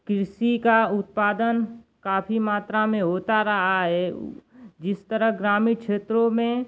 कृषि का उत्पादन काफ़ी मात्रा में होता रहा है जिस तरह ग्रामीण क्षेत्रों में